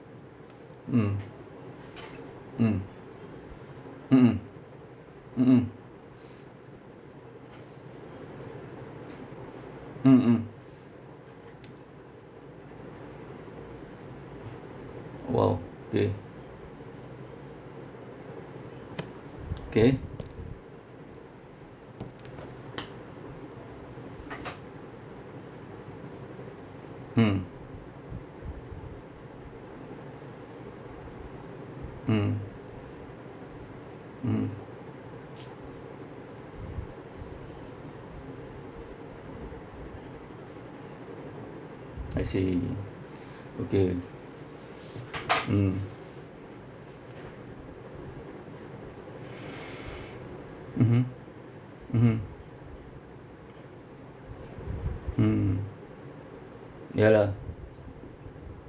mm mm mm mm mm mm mm mm !wow! they K mm mm mm I see okay mm mmhmm mmhmm mm ya lah